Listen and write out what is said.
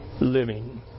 living